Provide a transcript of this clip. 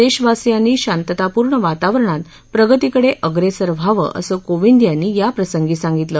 देशवासियांनी शांततापूर्ण वातावरणात प्रगतीकडे अग्रेसर व्हावं असं कोविंद यांनी याप्रसंगी सांगितलं